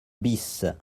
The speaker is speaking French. bis